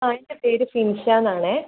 ആ എൻ്റ പേര് സിൻഷാന്നാണേ